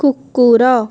କୁକୁର